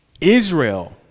Israel